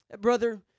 Brother